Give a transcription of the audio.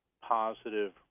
positive